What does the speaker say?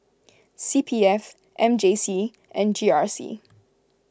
C P F M J C and G R C